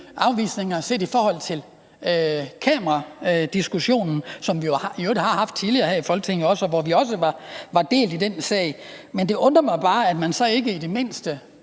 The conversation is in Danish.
afvisninger, der henviser til kameradiskussionen – en diskussion, som vi i øvrigt har haft tidligere her i Folketinget, og vi var også delt i den sag. Men det undrer mig bare, at man så ikke i det mindste